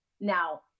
now